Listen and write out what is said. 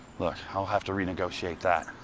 look, i'll have to renegotiate that.